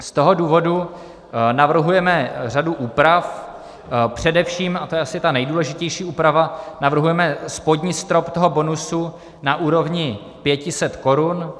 Z toho důvodu navrhujeme řadu úprav, především, a to je asi ta nejdůležitější úprava, navrhujeme spodní strop toho bonusu na úrovni 500 korun.